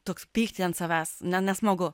toks pyktį ant savęs ne nesmagu